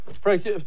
Frank